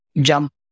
jump